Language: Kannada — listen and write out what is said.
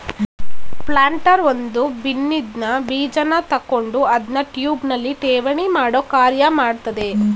ಪ್ಲಾಂಟರ್ ಒಂದು ಬಿನ್ನಿನ್ದ ಬೀಜನ ತಕೊಂಡು ಅದ್ನ ಟ್ಯೂಬ್ನಲ್ಲಿ ಠೇವಣಿಮಾಡೋ ಕಾರ್ಯ ಮಾಡ್ತದೆ